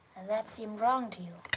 and that seemed wrong to you?